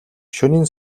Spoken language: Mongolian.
шөнийн